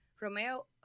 romeo